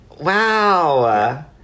Wow